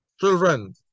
children